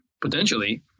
potentially